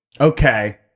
Okay